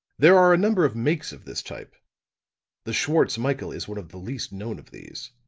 there are a number of makes of this type the schwartz-michael is one of the least known of these.